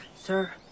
Sir